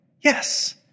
Yes